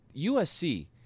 USC